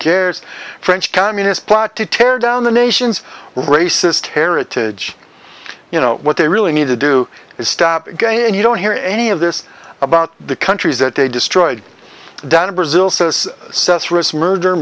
cares french communist plot to tear down the nation's racist heritage you know what they really need to do is stop again and you don't hear any of this about the countries that they destroyed down to brazil